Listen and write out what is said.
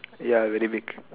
ya very big